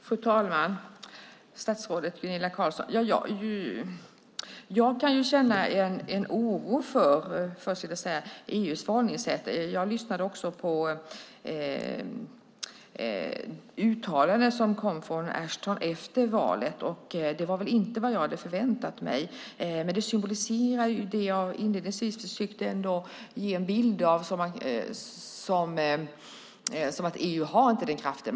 Fru talman! Statsrådet Gunilla Carlsson! Jag kan känna en oro för EU:s förhållningssätt. Jag lyssnade på uttalanden som kom från Ashton efter valet. Det var inte vad jag hade förväntat mig, men det symboliserar ändå det jag inledningsvis försökte ge en bild av: EU har inte den kraften.